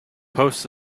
post